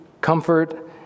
comfort